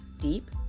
deep